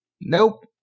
Nope